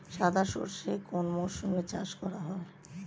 সাদা সর্ষে কোন মরশুমে চাষ করা হয়?